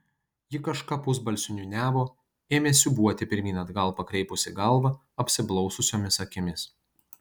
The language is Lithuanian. ji kažką pusbalsiu niūniavo ėmė siūbuoti pirmyn atgal pakreipusi galvą apsiblaususiomis akimis